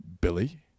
Billy